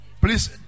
please